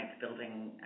building